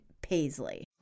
Paisley